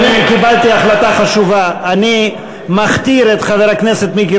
אני קיבלתי החלטה חשובה: אני מכתיר את חבר הכנסת מיקי